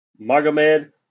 Magomed